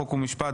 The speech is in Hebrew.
חוק ומשפט,